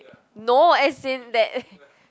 no as in that